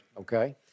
Okay